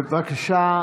בבקשה,